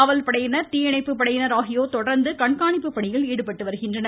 காவல்படையினர் தீயணைப்பு படையினர் ஆகியோர் தொடர்ந்து கண்காணிப்பு பணியில் ஈடுபட்டுள்ளனர்